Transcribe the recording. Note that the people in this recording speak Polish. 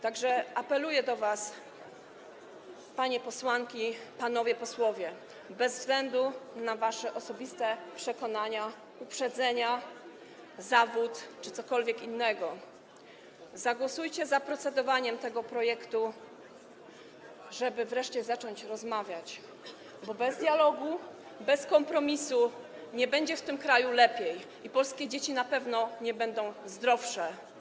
Tak że apeluję do was, panie posłanki, panowie posłowie, bez względu na wasze osobiste przekonania, uprzedzenia, zawód czy cokolwiek innego, zagłosujcie za procedowaniem nad tym projektem, żeby wreszcie zacząć rozmawiać, bo bez dialogu, bez kompromisu nie będzie w tym kraju lepiej i polskie dzieci na pewno nie będą zdrowsze.